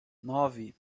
nove